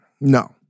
No